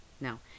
no